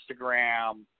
Instagram